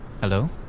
Hello